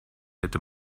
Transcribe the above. hätte